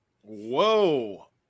Whoa